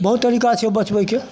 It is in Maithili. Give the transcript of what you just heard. बहुत तरीका छै बचबैके